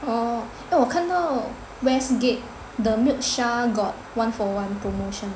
oh oh 我看到 westgate the Milksha got one for one promotion